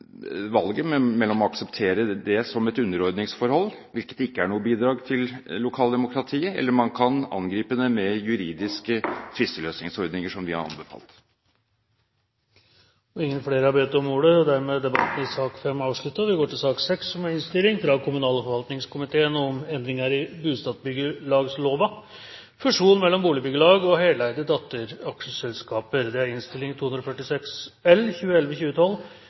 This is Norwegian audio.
valget mellom å akseptere det som et underordningsforhold – hvilket ikke er noe bidrag til lokaldemokratiet – eller å angripe det med juridiske tvisteløsningsordninger, som vi har anbefalt. Flere har ikke bedt om ordet til sak nr. 5. Etter ønske fra kommunal- og forvaltningskomiteen vil presidenten foreslå at taletiden begrenses til 40 minutter og fordeles med inntil 5 minutter til hvert parti og inntil 5 minutter til medlem av regjeringen. Videre vil presidenten foreslå at det